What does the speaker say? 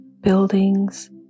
buildings